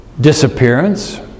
disappearance